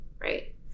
right